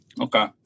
Okay